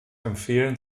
empfehlen